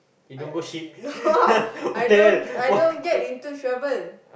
I uh no I don't I don't get into trouble